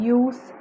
use